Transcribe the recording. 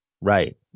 right